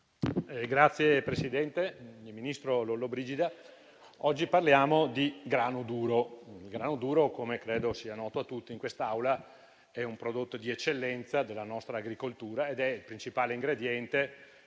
*(FI-BP-PPE)*. Ministro Lollobrigida, oggi parliamo di grano duro, che, come credo sia noto a tutti in quest'Aula, è un prodotto di eccellenza della nostra agricoltura ed è il principale ingrediente